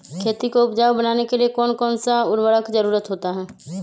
खेती को उपजाऊ बनाने के लिए कौन कौन सा उर्वरक जरुरत होता हैं?